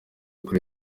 kuri